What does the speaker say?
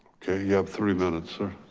okay, you have three minutes, sir.